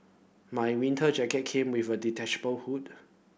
my winter jacket came with a detachable hood